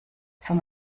zum